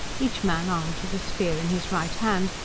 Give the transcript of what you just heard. each man armed with a spear in his right hand,